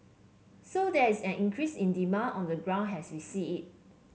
so there is an increase in demand on the ground as we see it